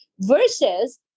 versus